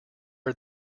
are